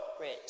Rich